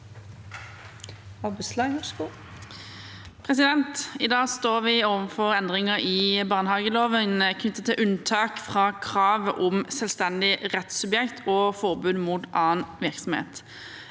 I dag står vi overfor endringer i barnehageloven knyttet til unntak fra kravet om selvstendig rettssubjekt og forbudet mot annen virksomhet.